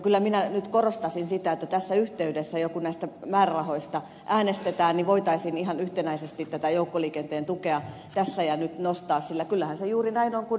kyllä minä nyt korostaisin sitä että tässä yhteydessä jo kun näistä määrärahoista äänestetään voitaisiin ihan yhtenäisesti tätä joukkoliikenteen tukea tässä ja nyt nostaa sillä kyllähän se juuri näin on kuin ed